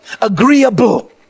Agreeable